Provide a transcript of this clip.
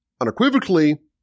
unequivocally